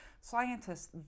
scientists